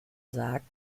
sagt